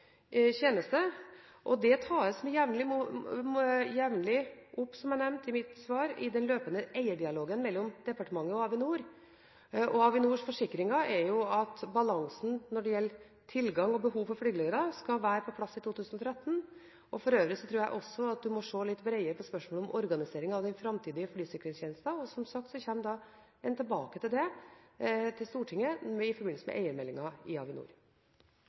og det tas, som jeg nevnte i mitt svar, jevnlig opp i den løpende eierdialogen mellom departementet og Avinor. Avinors forsikringer er at balansen mellom tilgang på og behov for flygeledere skal være på plass i 2013. For øvrig tror jeg at man må se litt bredere på spørsmålet om organiseringen av den framtidige flysikringstjenesten. Som sagt kommer vi tilbake til det i Stortinget i forbindelse med eiermeldingen om Avinor.